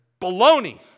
baloney